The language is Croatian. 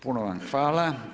Puno vam hvala.